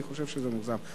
אני חושב שזה מוגזם.